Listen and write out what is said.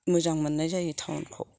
मोजां मोननाय जायो टावनखौ